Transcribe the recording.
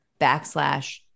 backslash